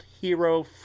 hero